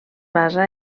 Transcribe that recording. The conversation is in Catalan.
basa